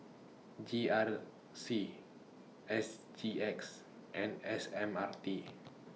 G R C S G X and S M R T